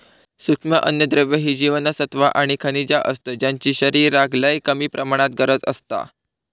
सूक्ष्म अन्नद्रव्य ही जीवनसत्वा आणि खनिजा असतत ज्यांची शरीराक लय कमी प्रमाणात गरज असता